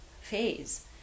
phase